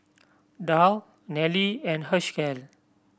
Darl Nelly and Hershel